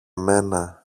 μένα